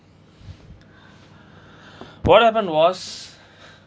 what happen was